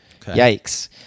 Yikes